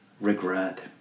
regret